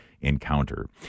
encounter